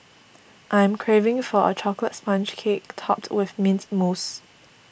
I am craving for a Chocolate Sponge Cake Topped with Mint Mousse